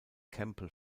campbell